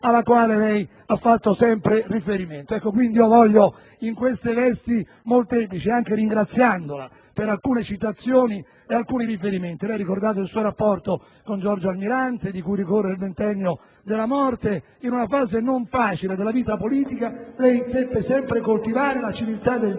alla quale lei ha fatto sempre riferimento. In queste vesti molteplici voglio ringraziarla per alcune citazioni e alcuni riferimenti. Lei ha ricordato il suo rapporto con Giorgio Almirante, di cui quest'anno ricorre il ventennale della morte. In una fase non facile della vita politica lei seppe sempre coltivare la civiltà del dialogo